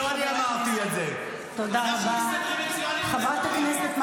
תודה רבה, חבר הכנסת.